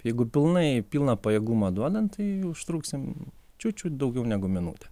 jeigu pilnai pilną pajėgumą duodant tai užtruksim čiut čiut daugiau negu minutę